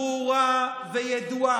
התשובה ברורה וידועה.